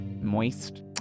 Moist